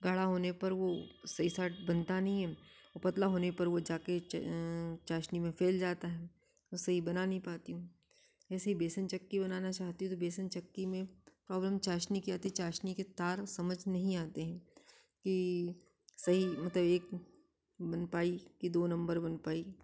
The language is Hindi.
गाढ़ा होने पर वो सही साट बनता नहीं है और पतला होने पर वो जाकर चाशनी में फैल जाता है सही बना नहीं पाती हूँ ऐसे ही बेसन चक्की बनाना चाहती हूँ तो बेसन चक्की में प्रॉब्लम चाशनी की आती है चाशनी के तार समझ नहीं आते हैं कि सही सही मतलब एक बन पाई कि दो नम्बर बन पाई